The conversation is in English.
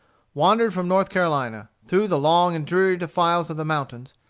wandered from north carolina, through the long and dreary defiles of the mountains,